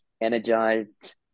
energized